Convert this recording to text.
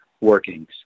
workings